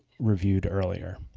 reviewed earlier.